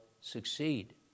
succeed